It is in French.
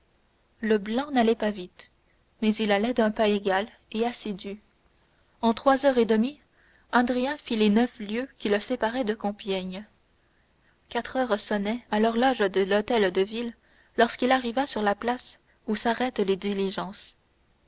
le blanc n'allait pas vite mais il allait d'un pas égal et assidu en trois heures et demie andrea fit les neuf lieues qui le séparaient de compiègne quatre heures sonnaient à l'horloge de l'hôtel de ville lorsqu'il arriva sur la place où s'arrêtent les diligences